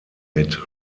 mit